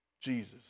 Jesus